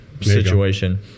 situation